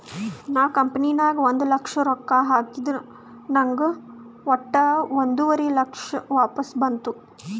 ನಾ ಕಂಪನಿ ನಾಗ್ ಒಂದ್ ಲಕ್ಷ ರೊಕ್ಕಾ ಹಾಕಿದ ನಂಗ್ ವಟ್ಟ ಒಂದುವರಿ ಲಕ್ಷ ವಾಪಸ್ ಬಂತು